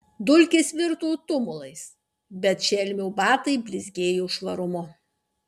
dulkės virto tumulais bet šelmio batai blizgėjo švarumu